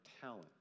talent